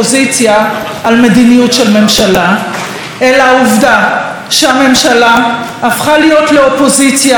אלא העובדה שהממשלה הפכה להיות לאופוזיציה למוסדות המדינה הדמוקרטית,